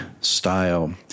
style